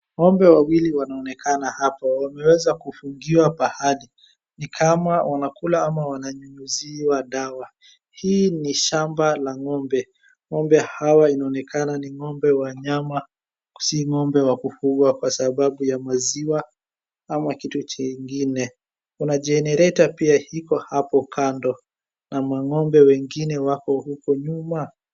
Ng'ombe wawili wanaonekana hapa, wameweza kufungiwa pahali ni kama wanakula ama wananyunyiziwa dawa. Hii ni shamba la ng'ombe, ng'ombe hawa inaonekana ni ng'ombe wa nyama si ng'ombe wa kufugwa kwa sababu ya maziwa ama kitu chengine. Kuna jenereta pia iko hapo kando na mang'ombe wengine wako huko nyuma.